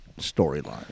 storyline